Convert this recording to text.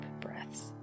breaths